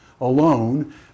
alone